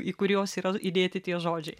į kuriuos yra įdėti tie žodžiai